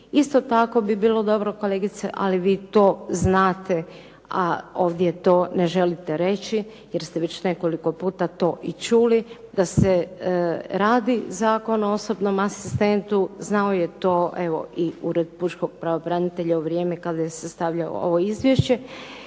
isto tako bi bilo dobro kolegice, ali vi to znate, a ovdje to ne želite reći jer ste već nekoliko puta to i čuli da se radi Zakon o osobnom asistentu. Znao je to evo i Ured Pučkog pravobranitelja u vrijeme kada je sastavljao ovo izvješće,